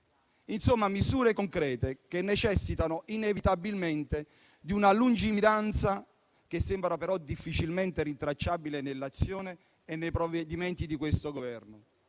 di misure concrete, che necessitano inevitabilmente di una lungimiranza, che sembra però difficilmente rintracciabile nell'azione e nei provvedimenti di questo Governo.